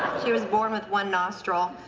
she was born with one nostril.